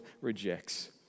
rejects